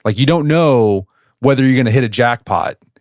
like you don't know whether you're going to hit a jackpot,